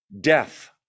death